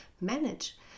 manage